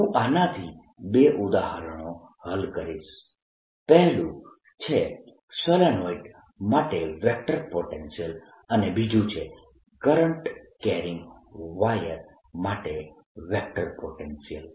હું આનાથી બે ઉદાહરણો હલ કરીશ પહેલું છે સોલેનોઇડ માટે વેક્ટર પોટેન્શિયલ અને બીજું છે કરંટ કેરિંગ વાયર માટે વેક્ટર પોટેન્શિયલ